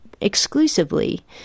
exclusively